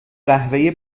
قهوه